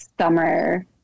summer